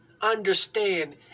understand